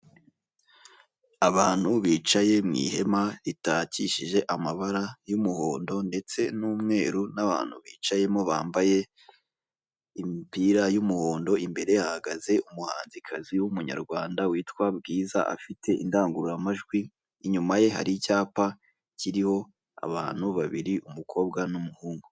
Abantu bicaye mu ihema ritakishije amabara y'umuhondo ndetse n'umweru, n'abantu bicayemo bambaye imipira y'umuhondo imbere hahagaze umuhanzikazi w'umunyarwanda witwa Bwiza afite indangururamajwi, inyuma ye hari icyapa kiriho abantu babiri umukobwa n'umuhungu.